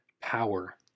power